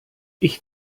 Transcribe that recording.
ich